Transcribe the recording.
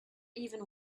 even